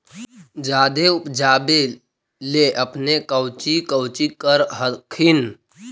जादे उपजाबे ले अपने कौची कौची कर हखिन?